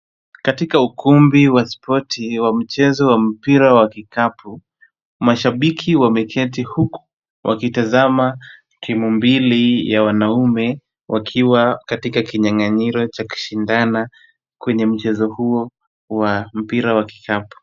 Katika ukumbi wa spoti wa mchezo wa mpira wa kikapu, mashabiki wameketi huku wakitizama timu mbili ya wanaume, wakiwa katika kinyang'anyiro cha kushindana, kwenye mchezo huo wa mpira wa kikapu.